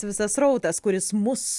visas srautas kuris mus